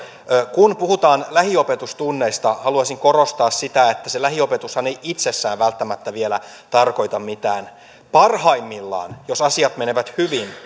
kun puhutaan lähiopetustunneista haluaisin korostaa sitä että se lähiopetushan ei itsessään välttämättä vielä tarkoita mitään parhaimmillaan jos asiat menevät hyvin